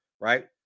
right